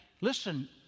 listen